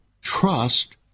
trust